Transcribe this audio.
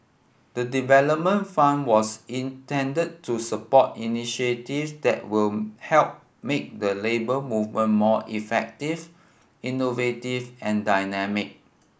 the development fund was intended to support initiatives that will help make the Labour Movement more effective innovative and dynamic